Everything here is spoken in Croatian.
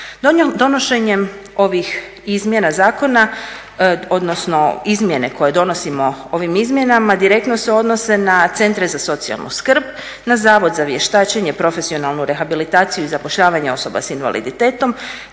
Donošenjem ovih izmjena zakona, odnosno izmjene koju donosimo ovim izmjenama direktno se odnose na centre za socijalnu skrb, na Zavod za vještačenje, profesionalnu rehabilitaciju i zapošljavanje osoba s invaliditetom